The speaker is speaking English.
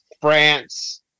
France